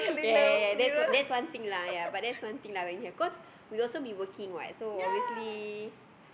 yea yea yea yea yea but that's one thing that's one thing lah cause we'll also be working what so obviously